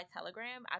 Telegram